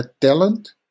talent